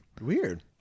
Weird